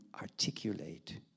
articulate